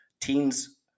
teens